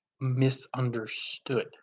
misunderstood